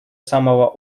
самого